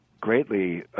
greatly